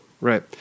Right